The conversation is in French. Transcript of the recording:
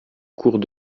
cours